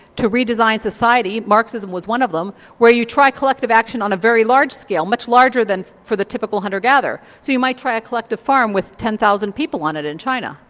to redesign society marxism was one of them where you try collective action on a very large scale, much larger than for the typical hunter gatherer. so you might try a collective farm with ten thousand people on it in china.